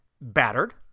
Battered